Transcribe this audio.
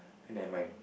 then never mind